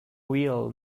wheel